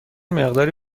مقداری